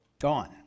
gone